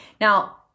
Now